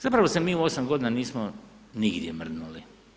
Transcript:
Zapravo se mi u 8 godina nismo nigdje mrdnuli.